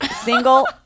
single